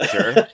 sure